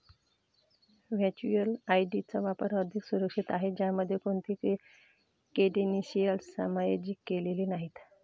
virtual ID चा वापर अधिक सुरक्षित आहे, ज्यामध्ये कोणतीही क्रेडेन्शियल्स सामायिक केलेली नाहीत